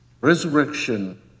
resurrection